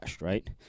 right